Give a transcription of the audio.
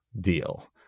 deal